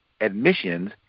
admissions